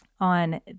On